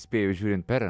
spėju žiūrint per